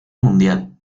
mundial